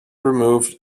removed